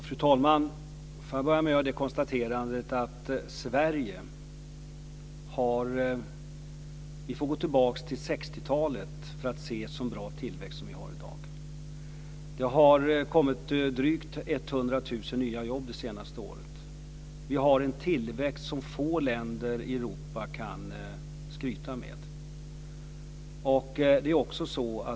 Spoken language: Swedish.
Fru talman! Får jag börja med konstaterandet att vi får gå tillbaka till 60-talet för att se en så bra tillväxt som vi har i dag i Sverige. Det har kommit drygt 100 000 nya jobb det senaste året. Vi har en tillväxt som få länder i Europa kan skryta med.